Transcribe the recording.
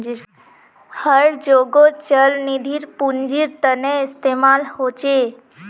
हर जोगोत चल निधिर पुन्जिर तने इस्तेमाल होचे